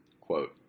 Quote